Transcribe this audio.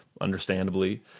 understandably